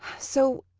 so